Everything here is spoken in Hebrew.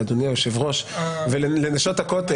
לאדוני היושב-ראש ולנשות הכותל.